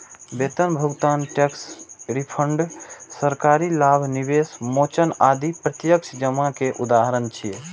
वेतन भुगतान, टैक्स रिफंड, सरकारी लाभ, निवेश मोचन आदि प्रत्यक्ष जमा के उदाहरण छियै